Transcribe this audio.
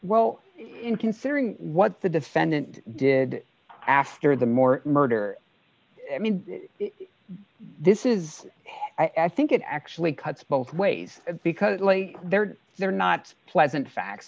well considering what the defendant did after the moore murder i mean this is i think it actually cuts both ways because they're they're not pleasant facts